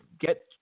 Get